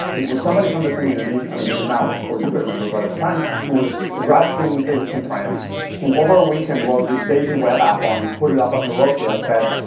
it was somebody from the community. i mean, he's now core jupyter member. but at the time, he was a grad student in physics in france who over a weekend wrote this baby web app on, put it up on his roku that said,